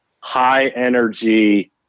high-energy